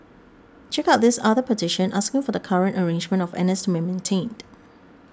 check out this other petition asking for the current arrangement of N S to be maintained